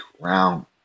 round